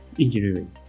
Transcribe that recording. engineering